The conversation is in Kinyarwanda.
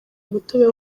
umutobe